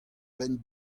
benn